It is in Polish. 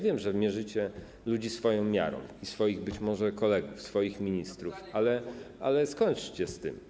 Wiem, że mierzycie ludzi swoją miarą i swoich być może kolegów, swoich ministrów, ale skończcie z tym.